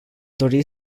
dori